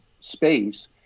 space